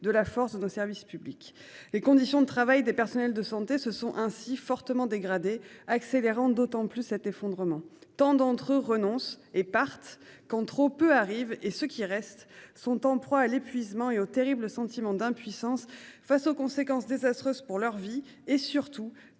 de la force de nos services publics et conditions de travail des personnels de santé se sont ainsi fortement dégradé accélérant d'autant plus cet effondrement tendent entre eux renonce et partent quand trop peu arrivent et ceux qui restent sont en proie à l'épuisement. Hé oh terrible sentiment d'impuissance face aux conséquences désastreuses pour leur vie et surtout